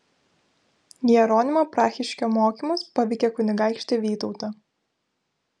jeronimo prahiškio mokymas paveikė kunigaikštį vytautą